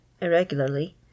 irregularly